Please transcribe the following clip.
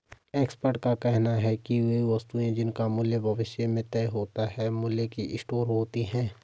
expert का कहना है कि वे वस्तुएं जिनका मूल्य भविष्य में तय होता है मूल्य की स्टोर होती हैं